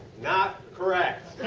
not correct.